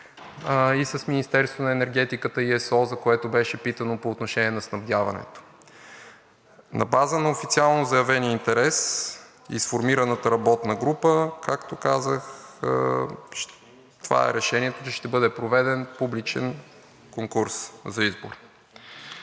и с Министерството на енергетиката, и ЕСО, за което беше питано по отношение на снабдяването. На база на официално заявен интерес и сформираната работна група, както казах, това е решението, че ще бъде проведен публичен конкурс за избор.